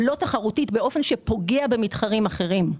לא תחרותית באופן שפוגע במתחרים אחרים,